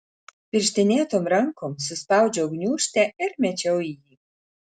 pirštinėtom rankom suspaudžiau gniūžtę ir mečiau į jį